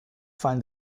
find